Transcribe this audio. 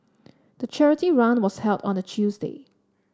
the charity run was held on a Tuesday